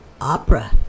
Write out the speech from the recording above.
opera